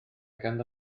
ganddo